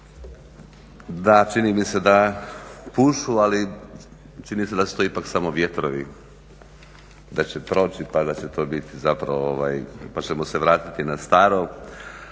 Da čini mi se da pušu ali čini se da su to ipak samo vjetrovi, da će proći pa da će to biti zapravo